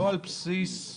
לא על פי פרשנות.